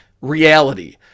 Reality